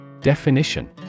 Definition